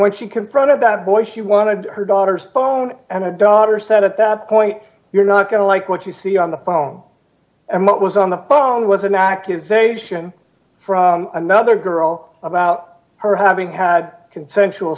when she confronted that boy she wanted her daughter's phone and a daughter said at that point you're not going to like what you see on the phone and what was on the phone was an accusation from another girl about her having had consensual